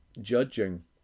judging